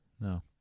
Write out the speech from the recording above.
No